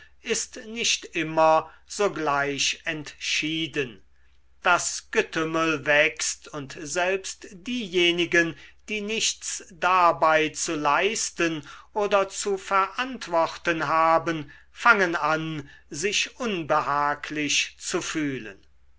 ist nicht immer sogleich entschieden das getümmel wächst und selbst diejenigen die nichts dabei zu leisten oder zu verantworten haben fangen an sich unbehaglich zu fühlen